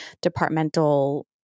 departmental